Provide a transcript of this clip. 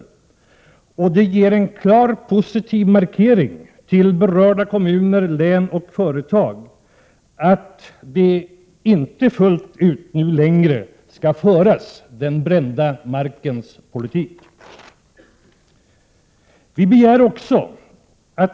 Det skulle dessutom innebära en klar, positiv markering för berörda kommuner, län och företag — dvs. den brända markens politik skall inte längre föras fullt ut.